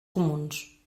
comuns